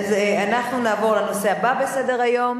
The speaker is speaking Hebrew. אנחנו נעבור לנושא הבא בסדר-היום